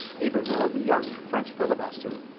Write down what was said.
yberville, the young french filibuster,